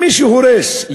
מי שהורס,